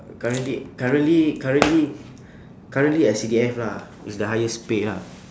currently currently currently currently S_C_D_F lah is the highest pay lah